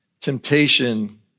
Temptation